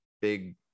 big